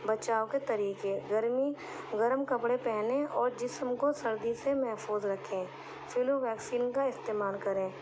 بچاؤ کے طریقے گرمی گرم کپڑے پہنیں اور جسم کو سردی سے محفوظ رکھیں فلو ویکسین کا استعمال کریں